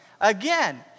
Again